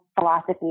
philosophy